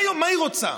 מה היא רוצה?